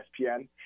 ESPN